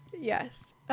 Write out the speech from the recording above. Yes